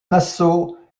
nassau